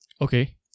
Okay